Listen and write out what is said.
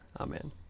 Amen